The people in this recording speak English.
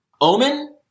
Omen-